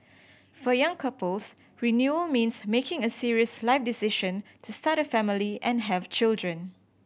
for young couples renewal means making a serious life decision to start a family and have children